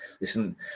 Listen